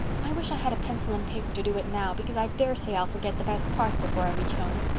i wish i had a pencil and paper to do it now, because i daresay i'll forget the best parts before i reach home.